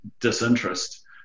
disinterest